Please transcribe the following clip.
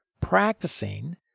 practicing